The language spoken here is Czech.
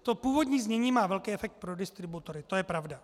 To původní znění má velký efekt pro distributory, to je pravda.